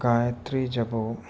Gayathri ജപവും